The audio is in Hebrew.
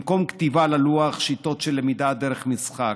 במקום כתיבה על הלוח, שיטות של למידה דרך משחק.